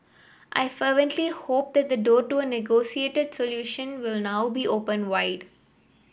I fervently hope that the door to a negotiated solution will now be opened wide